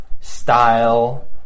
style